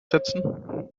setzen